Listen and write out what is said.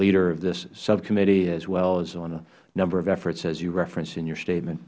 leader of this subcommittee as well as on a number of efforts as you reference in your statement